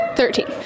Thirteen